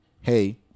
hey